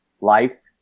life